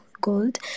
gold